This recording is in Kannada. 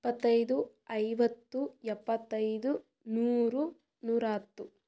ಇಪ್ಪತ್ತೈದು ಐವತ್ತು ಎಪ್ಪತ್ತೈದು ನೂರು ನೂರಾ ಹತ್ತು